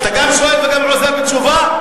אתה גם שואל וגם עוזר לתשובה?